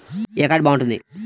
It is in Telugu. ఏ కార్డు బాగుంది?